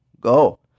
go